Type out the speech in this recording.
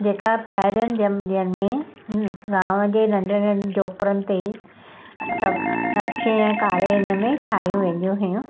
जेका पहिरियुनि ॾींहंनि ॾींहंनि में गांव जे नंढ नंढनि झूपिड़ियुनि ते ई सभ अच्छे ऐं कारे हिन में ठाहियूं वेंदियूं हुयूं